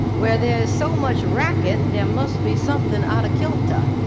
where there is so much racket, there must be something out of kilter.